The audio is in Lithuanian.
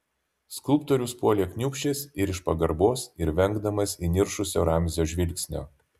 skulptorius puolė kniūbsčias ir iš pagarbos ir vengdamas įniršusio ramzio žvilgsnio